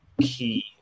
key